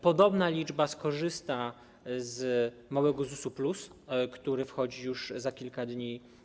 Podobna liczba skorzysta z małego ZUS-u plus, który wchodzi w życie już za kilka dni.